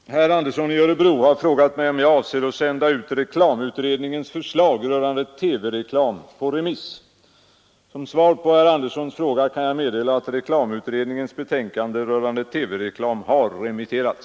Herr talman! Herr Andersson i Örebro har frågat mig om jag avser att sända ut reklamutredningens förslag rörande TV-reklam på remiss. Som svar på herr Anderssons fråga kan jag meddela att reklamutredningens betänkande rörande TV-reklam har remitterats.